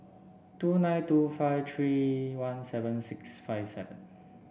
two nine two five three one seven six five seven